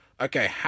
okay